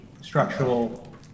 structural